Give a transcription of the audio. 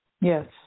Yes